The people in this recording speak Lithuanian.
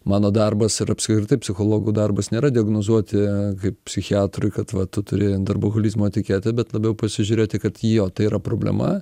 mano darbas ir apskritai psichologų darbas nėra diagnozuoti kaip psichiatrui kad va tu turi darboholizmo etiketę bet labiau pasižiūrėti kad jo tai yra problema